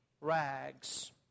rags